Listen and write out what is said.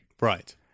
Right